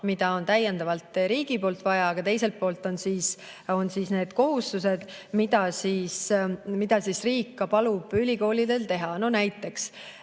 mida on täiendavalt riigilt vaja, aga teisel pool on need kohustused, mida riik palub ülikoolidel teha. Näiteks,